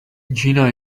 gina